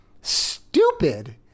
stupid